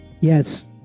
yes